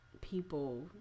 people